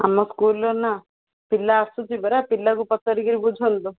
ଆମ ସ୍କୁଲ୍ର ନାଁ ପିଲା ଆସୁଛି ପରା ପିଲାକୁ ପଚାରି କି ବୁଝନ୍ତୁ